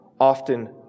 often